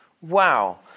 Wow